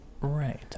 Right